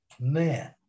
Man